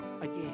again